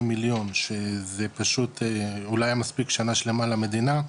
מיליון שזה פשוט אולי היה מספיק שנה שלמה למדינה.